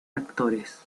actores